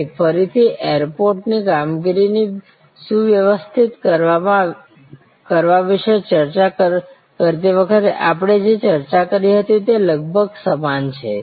અહીં ફરીથી એરપોર્ટની કામગીરીને સુવ્યવસ્થિત કરવા વિશે ચર્ચા કરતી વખતે આપણે જે ચર્ચા કરી હતી તે લગભગ સમાન છે